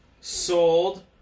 sold